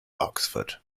oxford